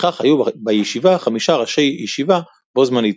וכך היו בישיבה חמישה ראשי ישיבה בו זמנית.